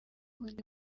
undi